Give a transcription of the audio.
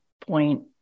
point